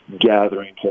gathering